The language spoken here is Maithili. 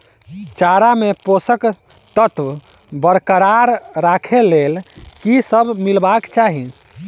चारा मे पोसक तत्व बरकरार राखै लेल की सब मिलेबाक चाहि?